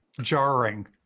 jarring